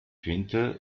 winter